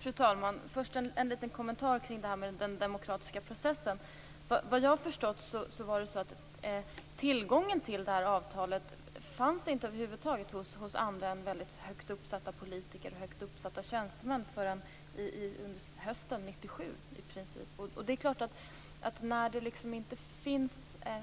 Fru talman! Först en liten kommentar kring detta med den demokratiska processen. Vad jag har förstått fanns MAI-avtalet i princip inte att tillgå hos andra än väldigt högt uppsatta politiker och tjänstemän och inte förrän under hösten 1997. Det är klart att när det inte finns